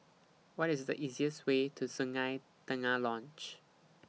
What IS The easiest Way to Sungei Tengah Lodge